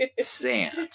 sand